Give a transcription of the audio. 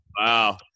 Wow